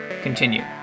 Continue